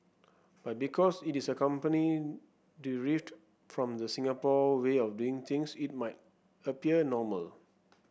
but because it is a company derived from the Singapore way of doing things it might appear normal